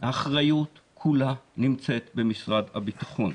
האחריות כולה נמצאת במשרד הביטחון.